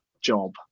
job